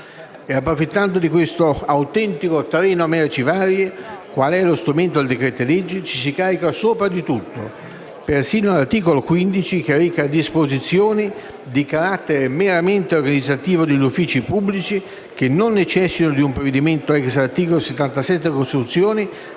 Approfittando di questo autentico "treno merci varie", quale è lo strumento del decreto-legge, ci si carica sopra di tutto, persino l'articolo 15 che reca disposizioni di carattere meramente organizzativo degli uffici pubblici che non necessitavano di un provvedimento *ex* articolo 77 della Costituzione